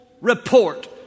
report